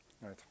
right